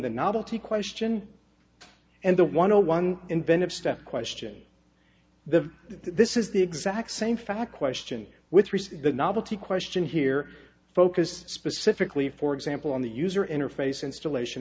the novelty question and the one no one inventive step question the this is the exact same fact question with respect the novelty question here focused specifically for example on the user interface installation